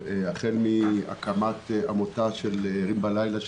החל מהקמת עמותת "ערים בלילה",